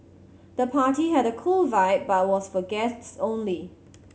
the party had a cool vibe but was for guests only